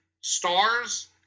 stars